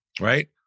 Right